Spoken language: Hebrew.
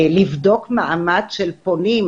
לבדוק מעמד של פונים.